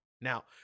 Now